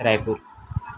Raipur